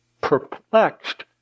perplexed